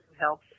help